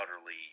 utterly